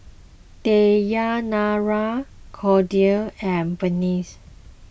Dayanara Claudine and